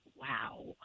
wow